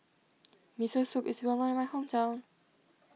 Miso Soup is well known in my hometown